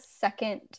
second